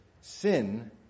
sin